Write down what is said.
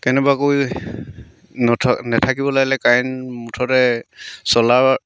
কেনেবাকৈ নেথাকিব লাগিলে কাৰেণ্ট মুঠতে চ'লাৰ